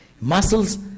Muscles